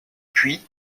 puis